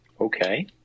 Okay